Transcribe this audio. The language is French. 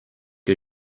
que